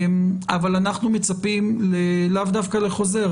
אנחנו מצפים לאו דווקא לחוזר.